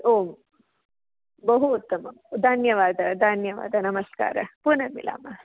ओ बहु उत्तमं धन्यवादः धन्यवादः नमस्कारः पुनर्मिलामः